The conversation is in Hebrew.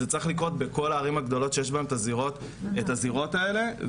זה צריך לקרות בכל הערים הגדולות שיש בהן את הזירות האלה.